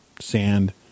sand